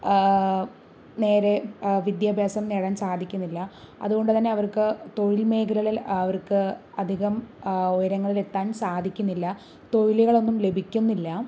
നേരെ വിദ്യാഭ്യാസം നേടാന് സാധിക്കുന്നില്ല അതുകൊണ്ട് തന്നെ അവര്ക്ക് തൊഴില് മേഖലകളില് അവര്ക്ക് അധികം ഉയരങ്ങളിലെത്താന് സാധിക്കുന്നില്ല തൊഴിലുകളൊന്നും ലഭിക്കുന്നില്ല